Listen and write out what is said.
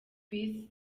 peace